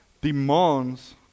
demands